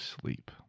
sleep